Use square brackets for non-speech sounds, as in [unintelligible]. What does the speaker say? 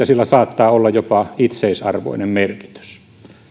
[unintelligible] sillä saattaa olla jopa itseisarvoinen merkitys